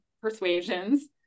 persuasions